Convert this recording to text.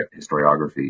historiography